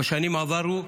בשנים עברו,